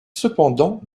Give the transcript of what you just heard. cependant